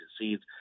seeds